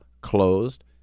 closed